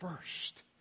first